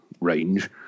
range